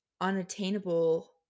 unattainable